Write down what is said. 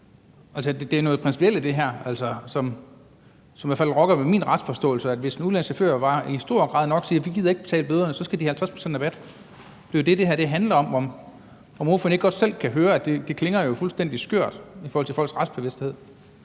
der er noget principielt i det her, som i hvert fald rokker ved min retsforståelse. Hvis en udenlandsk chauffører bare i høj nok grad siger, at vedkommende ikke gider betale bøderne, så skal vedkommende have 50 pct. rabat. Det er jo det, det her handler om. Kan ordføreren ikke godt selv høre, at det lyder fuldstændig skørt i forhold til folks retsbevidsthed?